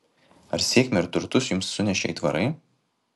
ar sėkmę ir turtus jums sunešė aitvarai